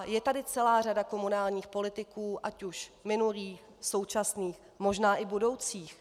Je tu celá řada komunálních politiků, ať už minulých, současných, možná i budoucích.